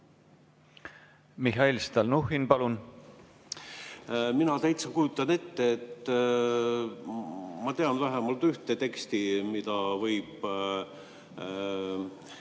Mihhail Stalnuhhin, palun! Mina täitsa kujutan ette, ma tean vähemalt ühte teksti, mida võib